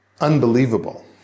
unbelievable